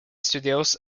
studios